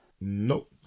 Nope